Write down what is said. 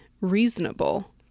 reasonable